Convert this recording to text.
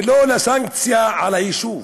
ולא לסנקציה על היישוב.